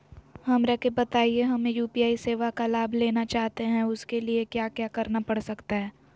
हमरा के बताइए हमें यू.पी.आई सेवा का लाभ लेना चाहते हैं उसके लिए क्या क्या करना पड़ सकता है?